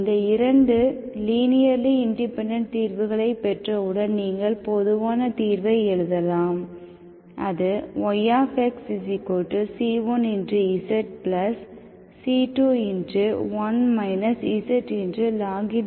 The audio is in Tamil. இந்த இரண்டு லீனியர்லி இண்டிபெண்டெண்ட் தீர்வுகளைப் பெற்றவுடன் நீங்கள் பொதுவான தீர்வை எழுதலாம் அது yxc1zc2